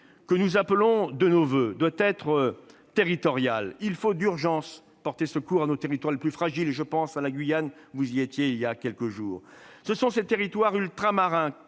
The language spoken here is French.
que nous appelons de nos voeux doit être territoriale. Il faut d'urgence porter secours à nos territoires les plus fragiles. Je pense à la Guyane, où vous étiez il y a quelques jours. Ce sont ces territoires,